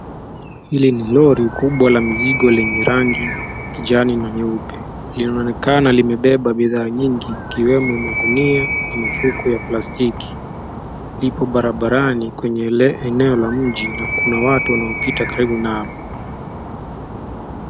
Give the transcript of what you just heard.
Hili ni lori kubwa la mizigo lenye rangi kijani na nyeupe. Linaonekana limebeba bidhaa nyingi ikiwemo magunia na mifuko ya plastiki ,ipo barabarani kwenye eneo la mji na kuna watu wanapita karibu nalo.